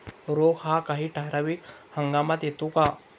रोग हा काही ठराविक हंगामात येतो का?